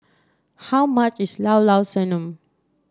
how much is Llao Llao Sanum